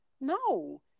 No